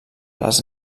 les